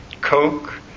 Coke